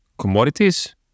commodities